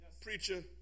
Preacher